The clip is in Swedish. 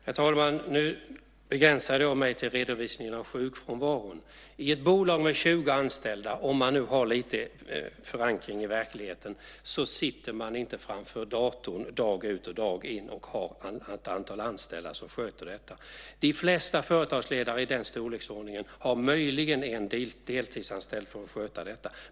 Herr talman! Nu begränsade jag mig till redovisningen av sjukfrånvaron. I ett bolag med 20 anställda, om man nu har lite förankring i verkligheten, sitter man inte framför datorn dag ut och dag in och har ett antal anställda som sköter detta. De flesta företagsledare i den storleksordningen har möjligen en deltidsanställd för att sköta detta.